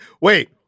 Wait